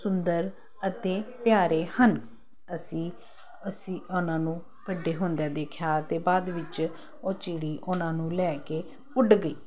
ਸੁੰਦਰ ਅਤੇ ਪਿਆਰੇ ਹਨ ਅਸੀਂ ਅਸੀਂ ਉਹਨਾਂ ਨੂੰ ਵੱਡੇ ਹੁੰਦਿਆਂ ਦੇਖਿਆ ਅਤੇ ਬਾਅਦ ਵਿੱਚ ਉਹ ਚਿੜੀ ਉਹਨਾਂ ਨੂੰ ਲੈ ਕੇ ਉੱਡ ਗਈ